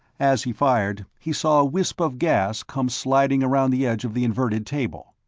as he fired, he saw a wisp of gas come sliding around the edge of the inverted table.